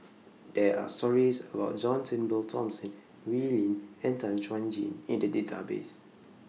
There Are stories about John Turnbull Thomson Wee Lin and Tan Chuan Jin in The Database